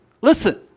Listen